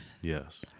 yes